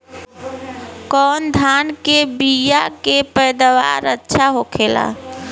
कवन धान के बीया के पैदावार अच्छा होखेला?